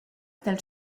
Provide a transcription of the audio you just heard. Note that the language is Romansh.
dal